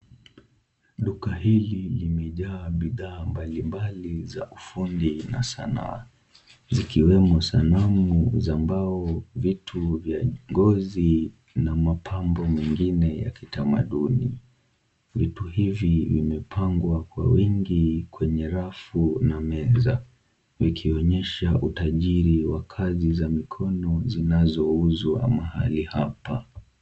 Duka hili limejaa bidhaa mbalimbali za ufundi na sanaa zikiwemo sanamu za mbao, vitu vya ngozi na mapambo mengine ya kitamaduni. Vitu hivi vimepangwa kwa wingi kwenye rafu na meza, ikionyesha utajiri wa kazi za mikono zinazouzwa mahali hapa.